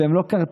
והם לא קרטל,